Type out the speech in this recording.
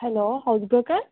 hello house broker